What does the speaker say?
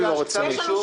שיענה.